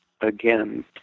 again